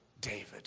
David